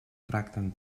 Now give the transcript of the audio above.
tracten